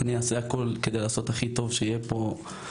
אני אעשה הכול כדי לעשות שיהיה פה הכי טוב.